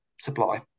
supply